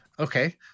Okay